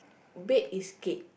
bake is cake